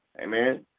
Amen